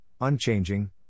unchanging